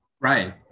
Right